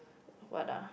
what ah